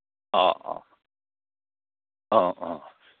ꯑꯣ ꯑꯣ ꯑꯣ ꯑꯣ